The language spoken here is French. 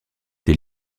des